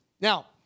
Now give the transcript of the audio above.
Now